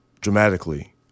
dramatically